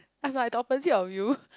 I am like the opposite of you